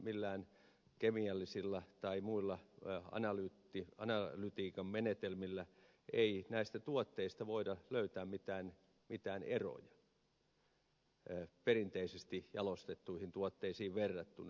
millään kemiallisilla tai muilla analytiikan menetelmillä ei näistä tuotteista voida löytää mitään eroja perinteisesti jalostettuihin tuotteisiin verrattuna